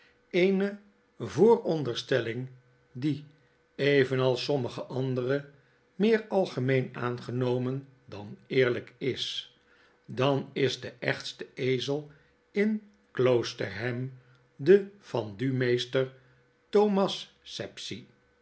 eene vooronderstelling die evenals sommige andere meer algemeen aangenomen dan eerlyk is dan is de echtste ezel in kloosterham de vendumeester thomas